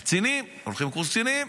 קצינים, הולכים לקורס קצינים,